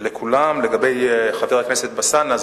לגבי חבר הכנסת אלסאנע,